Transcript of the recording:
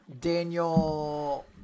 Daniel